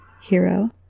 Hero